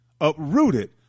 uprooted